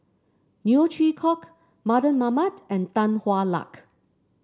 Neo Chwee Kok Mardan Mamat and Tan Hwa Luck